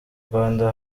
rwanda